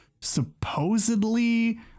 supposedly